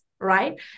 Right